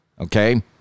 Okay